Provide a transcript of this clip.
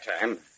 time